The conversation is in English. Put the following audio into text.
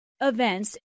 events